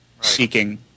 seeking